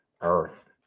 earth